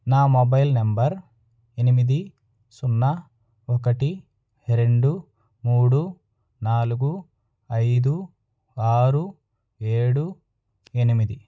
నా mobile number ఎనిమిది సున్నా ఒకటి రెండు మూడు నాలుగు ఐదు ఆరు ఏడు ఎనిమిది